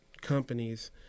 companies